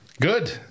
good